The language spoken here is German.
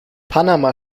panama